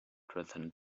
transcend